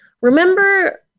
Remember